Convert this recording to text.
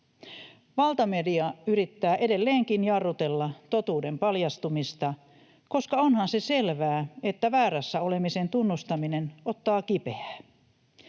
Valtamedia yrittää edelleenkin jarrutella totuuden paljastumista, koska onhan se selvää, että väärässä olemisen tunnustaminen ottaa kipeää.